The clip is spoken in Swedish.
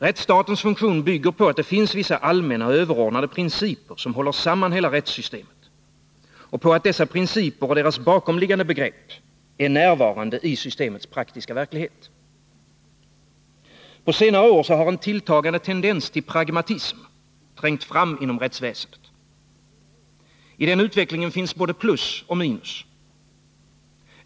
Rättsstatens funktion bygger på att det finns vissa allmänna överordnade principer, som håller samman hela rättssystemet, och på att dessa principer och deras bakomliggande begrepp är närvarande i systemets praktiska verklighet. På senare år har en tilltagande tendens till pragmatism trängt fram inom rättsväsendet. I denna utveckling finns både plus och minus.